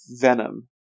Venom